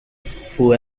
fuel